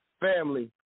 family